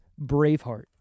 Braveheart